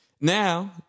Now